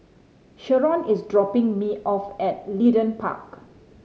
Sheron is dropping me off at Leedon Park